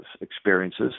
experiences